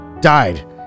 died